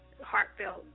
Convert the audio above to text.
heartfelt